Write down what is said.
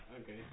Okay